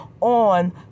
on